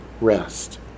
rest